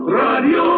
radio